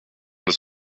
das